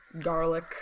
garlic